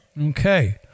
Okay